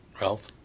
Ralph